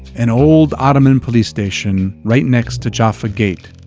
an old ottoman police station, right next to jaffa gate.